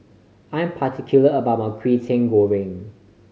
I'm particular about my Kwetiau Goreng